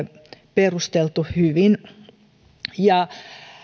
perusteltu hyvin